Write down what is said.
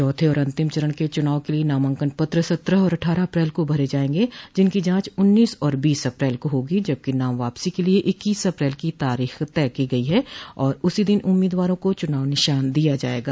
चौथे और अंतिम चरण के चुनाव के लिए नामांकन पत्र सत्रह और अट्ठारह अप्रैल को भरे जायेंगे जिनकी जांच उन्नीस और बीस अप्रैल को होगी जबकि नाम वापसी के लिए इक्कीस अपल की तारीख तय की गयी है और उसी दिन उम्मीदवारों को चुनाव निशान दिया जायेगा